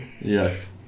Yes